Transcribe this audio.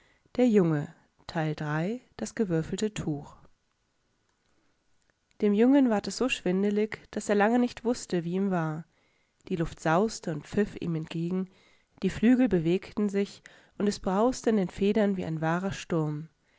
dem platten rücken zwischen den beiden schwingenden flügelnfestzusitzen ermußtemitbeidenhändeneinentiefengriffinfedern undflaumenhineinmachen umnichtabzufallen dasgewürfeltetuch demjungenwardessoschwindelig daßerlangenichtwußte wieihmwar die luft sauste und pfiff ihm entgegen die flügel bewegten sich und es brauste in den federn wie ein wahrer sturm